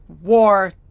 war